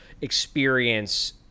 experience